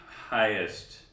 highest